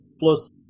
plus